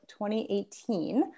2018